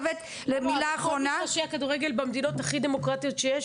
בכל מגרשי הכדורגל במדינות הכי דמוקרטיות שיש,